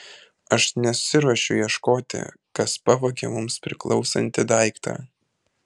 aš nesiruošiu ieškoti kas pavogė mums priklausantį daiktą